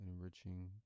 enriching